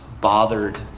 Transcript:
bothered